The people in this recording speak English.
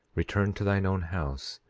return to thine own house,